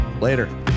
later